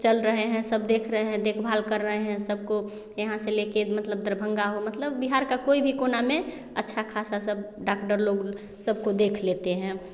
चल रहे हैं सब देख रहे हैं देखभाल कर रहे हैं सबको यहाँ से लेके मतलब दरभंगा हो मतलब बिहार का कोई भी कोना में अच्छा ख़ासा सब डाक्टर लोग सबको देख लेते हैं